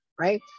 right